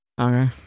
Okay